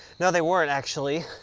no they weren't actually.